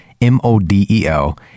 M-O-D-E-L